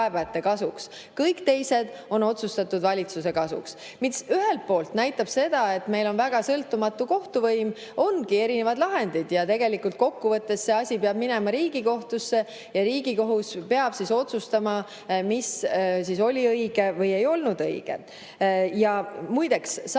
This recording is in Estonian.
Kõik teised on otsustatud valitsuse kasuks. See ühelt poolt näitab seda, et meil on väga sõltumatu kohtuvõim ja ongi erinevaid lahendeid. Tegelikult kokkuvõttes see asi peab minema Riigikohtusse ja Riigikohus peab otsustama, mis oli õige või ei olnud õige. Muideks, samal